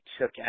took